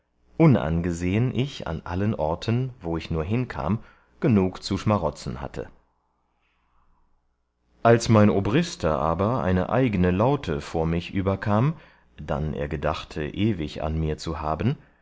unangesehen ich an allen orten wo ich nur hinkam genug zu schmarotzen hatte als mein obrister aber eine eigne laute vor mich überkam dann er gedachte ewig an mir zu haben